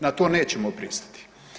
Na to nećemo pristati.